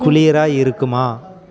குளிராக இருக்குமா